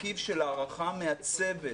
מרכיב של הערכה מהצוות,